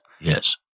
Yes